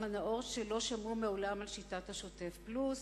הנאור שלא שמעו מעולם על שיטת ה"שוטף פלוס".